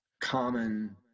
common